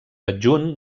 adjunt